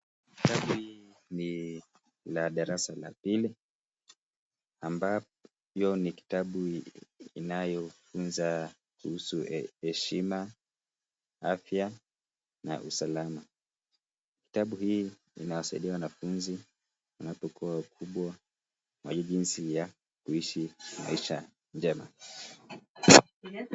Kitabu hii ni la darasa la pili ambapo ni kitabu inayofunza kuhusu heshima. afya na usalama. Kitabu hii inawasaidia wanafunzi wanapokua wakubwa kwa jinsi ya kuishi maisha njema.